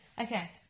Okay